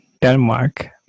Denmark